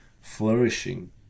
flourishing